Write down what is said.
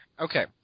Okay